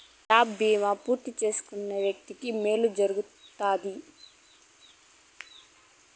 gap బీమా పూర్తి చేసుకున్న వ్యక్తికి మేలు జరుగుతాది